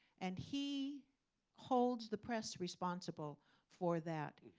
and he holds the press responsible for that.